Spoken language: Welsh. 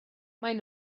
maen